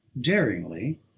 daringly